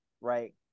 right